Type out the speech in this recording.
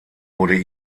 wurde